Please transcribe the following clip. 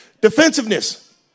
Defensiveness